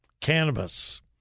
cannabis